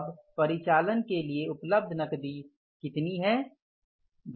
अब परिचालन के लिए उपलब्ध नकदी कितनी है